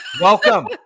Welcome